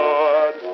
Lord